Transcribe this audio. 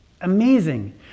Amazing